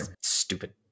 stupid